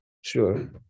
Sure